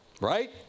right